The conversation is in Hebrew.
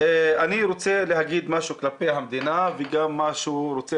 אני רוצה להגיד משהו כלפי המדינה וגם רוצה